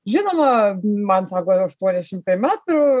žinoma man sako aštuoni šimtai metrų